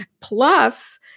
plus